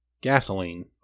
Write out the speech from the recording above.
gasoline